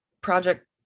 Project